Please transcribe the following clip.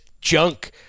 junk